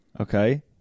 okay